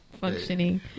functioning